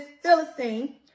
Philistine